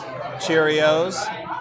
Cheerios